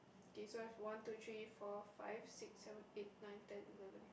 K so we've one two three four five six seven eight nine ten eleven